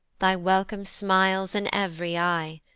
thy welcome smiles in ev'ry eye.